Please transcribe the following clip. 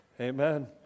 Amen